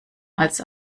als